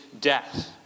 death